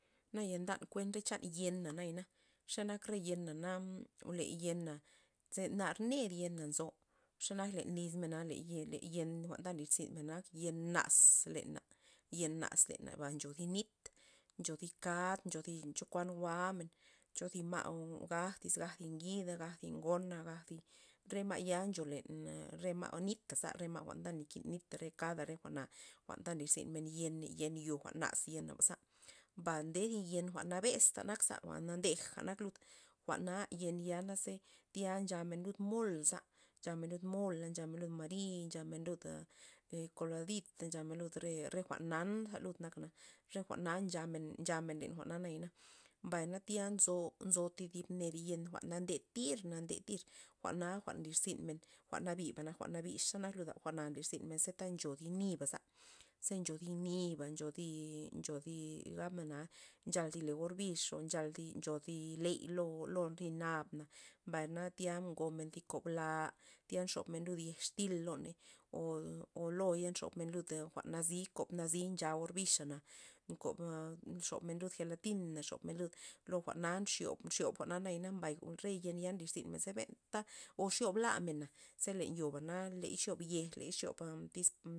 Naya ndan kuet re chan yena nayana, xe nak re yena na le yena ze nar ned yena nzo, xanak len lyzmena le yen le yen jwa'n nlirzyn men nak yen naz' lena, yen naz lenaba ncho zi nit ncho thi kad ncho thi chokuan jwa'men cho zi ma' gaj' iz gaj ngida gaj thi ngona ze gaj thi re ma' ncho len re ma' re nita za re ma' jwa'n ta nakin nit re kada re jwa'na jwa'n ta nlirzyn men yen yen yo' jwa'n naza' yen baza, ba nde thi yen jwa'n nabe'zta nak za na ndejka nak lud jwa'n ya yen ya ze tya nchamen lud molza nchamen lud mol nchamen lud amariyo nchamen lud e koloradit nchamen lud lud re jwa'n nan ja' nak lud re jwa'na nchamen- nchamen len jwa'na nayana, mbay na tya nzo- nzo thi dib yen jwa'n na nde tir nde tir jwa'na jwa'n nlizynmen jwa'n nabiba jwa'n nabiba xa nak luda nlirzyn men ta nchu men ta nzo thi niba'za, ze ncho thi niba' ncho thi ncho thi gabmen na nxal thi le or bix nchal ncho zi ley lo thi nabab na mbay tya ngomen thi kob la tya nxob lud yej xtil loney o- o loy yey nxobmen lud jwa'n nazi kob nazi nchaor bixana kob xobmen lud gelatin na xobmen lud lo jwa'na xobmen nxyob jwa'na nayana mbay re yen ya nlirzynmen ze benta o xyob lamena ze le yoba na ley xiob yej xiob tyz.